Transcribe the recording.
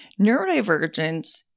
neurodivergence